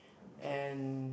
and